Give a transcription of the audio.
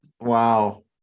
Wow